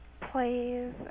Plays